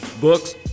books